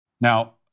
Now